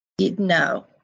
no